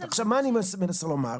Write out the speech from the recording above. עכשיו, מה אני מנסה לומר?